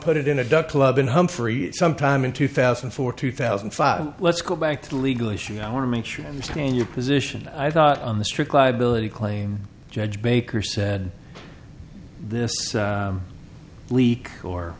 put it in a duck club in humphrey sometime in two thousand and four two thousand and five let's go back to the legal issue i want to make sure i understand your position i thought on the strict liability claim judge baker said this leak or